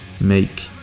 make